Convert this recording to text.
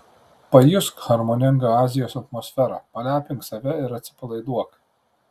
pajusk harmoningą azijos atmosferą palepink save ir atsipalaiduok